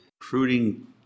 Recruiting